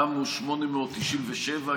קמו 897,